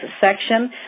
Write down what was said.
section